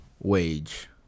wage